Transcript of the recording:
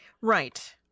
Right